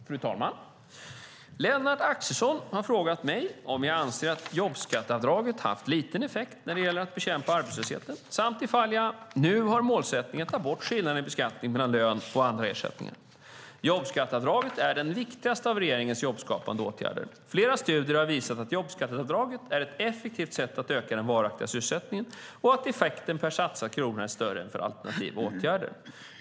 Fru talman! Lennart Axelsson har frågat mig om jag anser att jobbskatteavdraget haft liten effekt när det gäller att bekämpa arbetslösheten samt ifall jag nu har målsättningen att ta bort skillnaden i beskattning mellan lön och andra ersättningar. Jobbskatteavdraget är den viktigaste av regeringens jobbskapande åtgärder. Flera studier har visat att jobbskatteavdraget är ett effektivt sätt att öka den varaktiga sysselsättningen och att effekten per satsad krona är större än för alternativa åtgärder.